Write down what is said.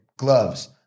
gloves